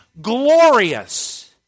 glorious